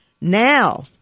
now